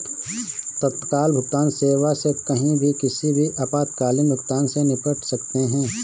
तत्काल भुगतान सेवा से कहीं भी किसी भी आपातकालीन भुगतान से निपट सकते है